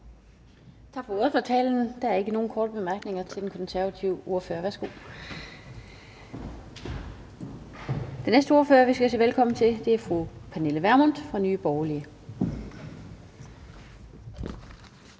Tak for ordførertalen. Der er ikke nogen korte bemærkninger til den konservative ordfører. Den næste ordfører, vi skal sige velkommen til, er fru Pernille Vermund fra Nye Borgerlige.